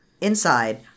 inside